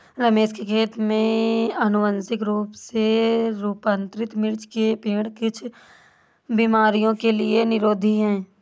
रमेश के खेत में अनुवांशिक रूप से रूपांतरित मिर्च के पेड़ कुछ बीमारियों के लिए निरोधी हैं